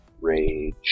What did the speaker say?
rage